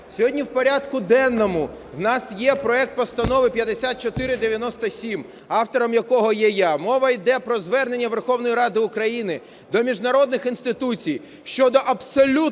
Сьогодні в порядку денному у нас є проект Постанови 5497, автором якого є я. Мова йде про звернення Верховної Ради України до міжнародних інституцій щодо абсолютно